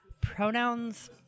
pronouns